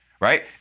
Right